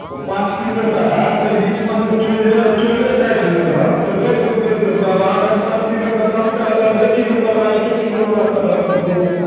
ओ पाँच किलोके होयत तऽ एहि बीचमे चोरे काटि लेलक तऽ दश रुपिए बेचब आ अखन पाँच किलोके दाम तऽ आधे किलो बला एके किलो बला कटहर दऽ दैया